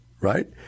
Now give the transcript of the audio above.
right